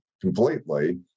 completely